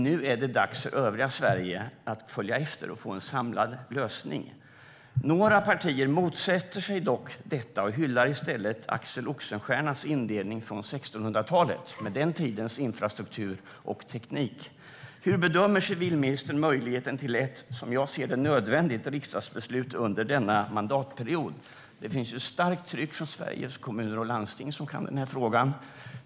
Nu är det dags för övriga Sverige att följa efter och få en samlad lösning. Några partier motsätter sig dock detta och hyllar i stället Axel Oxenstiernas indelning från 1600-talet med den tidens infrastruktur och teknik. Hur bedömer civilministern möjligheten till ett - som jag ser det nödvändigt - riksdagsbeslut under denna mandatperiod? Det finns ju ett starkt tryck från Sveriges Kommuner och Landsting, som kan den här frågan.